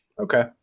Okay